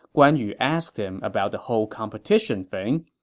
guan yu asked him about the whole competition thing,